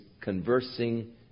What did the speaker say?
conversing